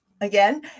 again